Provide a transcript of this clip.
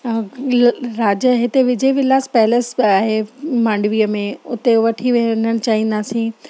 इल राजा हिते विजय विलास पैलेस बि आहे मांडवीअ में उते वठी वञणु चाहींदासीं